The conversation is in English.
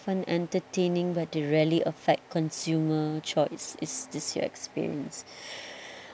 fun entertaining but they rarely affect consumer choice is this your experience